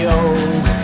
old